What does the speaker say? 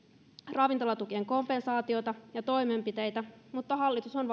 ravintolatukien kompensaatiota ja toimenpiteitä mutta hallitus on